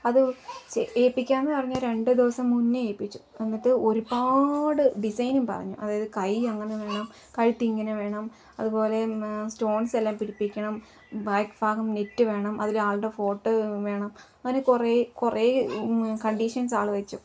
അത് ഏൽപ്പിക്കാമെന്നു പറഞ്ഞ് രണ്ടു ദിവസം മുൻപേ ഏൽപ്പിച്ചു എന്നിട്ട് ഒരുപാട് ഡിസൈനും പറഞ്ഞു അതായത് കൈ അങ്ങനെ വേണം കഴുത്തിൽ ഇങ്ങനെ വേണം അതു പോലെ സ്റ്റോൺസ് എല്ലാം പിടിപ്പിക്കണം ബാക്ക് ഭാഗം നെറ്റ് വേണം അതിലാളുടെ ഫോട്ടോ വേണം അങ്ങനെ കുറേ കുറേ കണ്ടീഷൻസ് ആൾ വെച്ചു